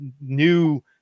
new